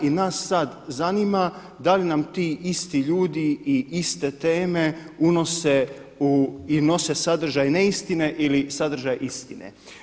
I nas sad zanima da li nam ti isti ljudi i iste teme unose i nose sadržaj neistine ili sadržaj istine.